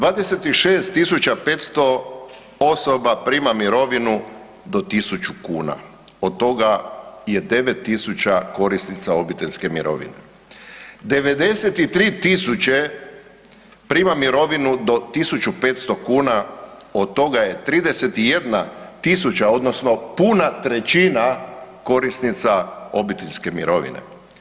26.500 osoba prima mirovinu do 1.000 kuna od toga je 9.000 korisnica obiteljske mirovine, 93.000 prima mirovinu do 1.500 kuna od toga je 31.000 odnosno puna trećina korisnica obiteljske mirovine.